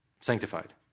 sanctified